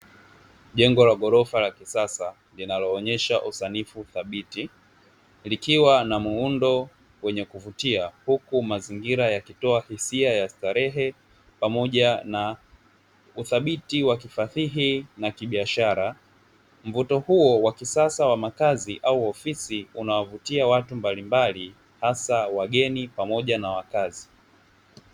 Jengo la ghorofa la kisasa linaloonyesha usanifu thabiti, likiwa na muundo wenye kuvutia. Huku mazingira yakitoa hisia ya starehe pamoja na uthabiti wa kisahihi na kibiashara, mvuto huo wa kisasa wa makazi au ofisi unawavutia watu mbalimbali hasa wageni pamoja na wakazi.